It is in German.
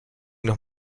noch